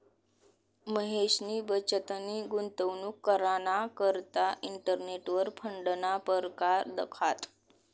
महेशनी बचतनी गुंतवणूक कराना करता इंटरनेटवर फंडना परकार दखात